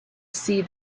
see